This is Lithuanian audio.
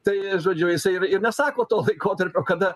tai žodžiu jisai ir ir nesako to laikotarpio kada